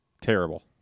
Terrible